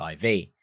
IV